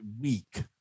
weak